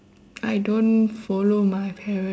I don't follow my parents